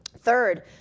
Third